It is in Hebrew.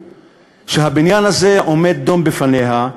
שהבניין הזה עומד דום בפניה,